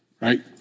right